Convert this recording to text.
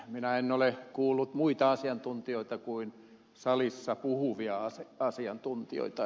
minä en ole kuullut muita asiantuntijoita kuin salissa puhuvia asiantuntijoita